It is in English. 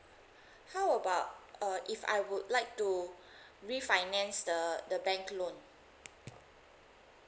how about uh if I would like to refinance the the bank loan